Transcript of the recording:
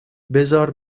بزار